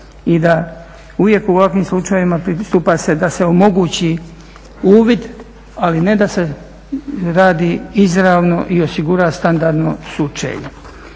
i da se uvijek u ovakvim slučajevima pristupa se da se omogući uvid ali ne da se radi izravno i osigura standardno sučelje.